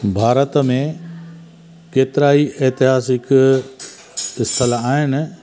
भारत में केतिरा ई ऐतिहासिक स्थल आहिनि